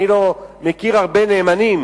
אני לא מכיר הרבה נאמנים,